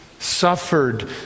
suffered